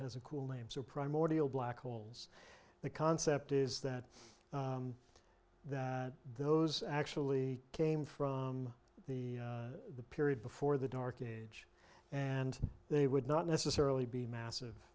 has a cool name so primordial black holes the concept is that that those actually came from the the period before the dark age and they would not necessarily be massive